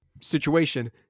situation